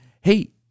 hey